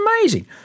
amazing